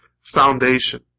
foundation